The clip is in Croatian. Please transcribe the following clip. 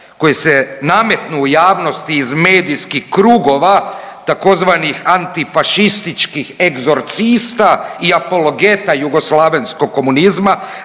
koji se nametnuo u javnosti iz medijskih krugova, tzv. antifašističkih egzorcista i apologeta jugoslavenskog komunizma